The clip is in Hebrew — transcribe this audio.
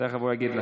תכף הוא יגיד לך.